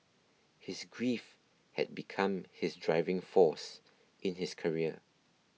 his grief had become his driving force in his career